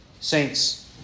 saints